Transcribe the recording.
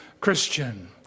Christian